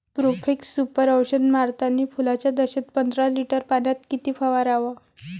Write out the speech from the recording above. Profex Super औषध मारतानी फुलाच्या दशेत पंदरा लिटर पाण्यात किती फवाराव?